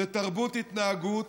זאת תרבות התנהגות,